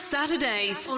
Saturdays